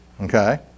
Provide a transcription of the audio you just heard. okay